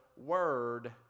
word